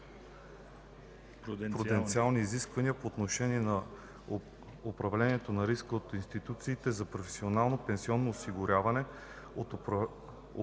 пруденциални изисквания по отношение на управлението на риска от институциите за професионално пенсионно осигуряване, от управляващите